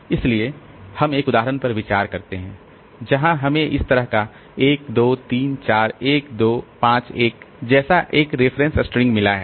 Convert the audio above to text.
इसलिए हम एक उदाहरण पर विचार करते हैं जहां हमें इस तरह का 1 2 3 4 1 2 5 1 जैसा एक रेफरेंस स्ट्रिंग मिला है